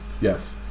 Yes